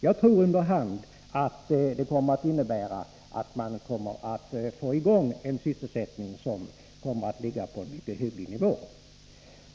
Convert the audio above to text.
Jag tror att detta under hand kommer att innebära att man får i gång en sysselsättning som kommer att ligga på en mycket högre nivå.